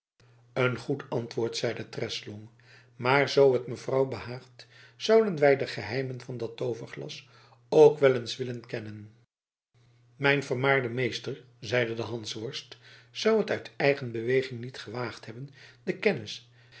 een goed antwoord zeide treslong maar zoo het mevrouw behaagt zouden wij de geheimen van dat tooverglas ook wel eens willen kennen mijn vermaarde meester zeide de hansworst zou het uit eigen beweging niet gewaagd hebben de kennis